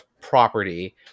property